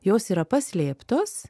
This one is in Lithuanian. jos yra paslėptos